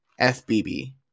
FBB